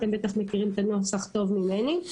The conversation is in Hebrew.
אתה בטח מכירים את הנוסח טוב ממני.